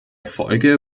folge